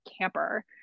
camper